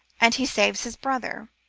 and he saves his brother.